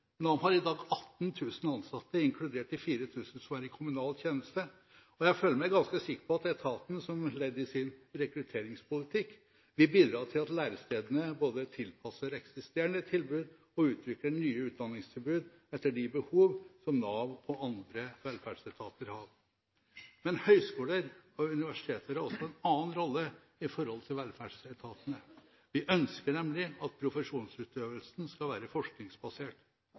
har i dag 18 000 ansatte inkludert de 4 000 som er i kommunal tjeneste, og jeg føler meg ganske sikker på at etaten som ledd i sin rekrutteringspolitikk, vil bidra til at lærestedene både tilpasser eksisterende tilbud og utvikler nye utdanningstilbud etter de behov som Nav og andre velferdsetater har. Men høgskoler og universiteter har også en annen rolle med tanke på velferdsetaten. Vi ønsker nemlig at profesjonsutøvelsen skal være forskningsbasert.